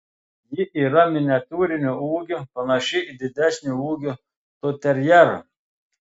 ji yra miniatiūrinio ūgio panaši į didesnio ūgio toiterjerą